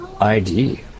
ID